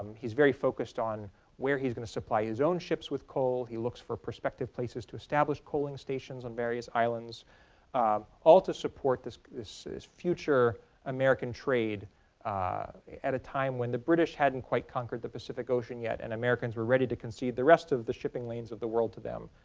he's very focused on where he's going to supply his own ships with coal. he looks for prospective places to establish coaling stations on various islands all to support this this future american trade at a time when the british hadn't quite conquered the pacific ocean yet and americans were ready to concede the rest of the shipping lanes of the world to them.